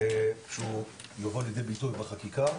והוא יבוא לידי ביטוי בחקיקה.